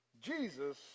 Jesus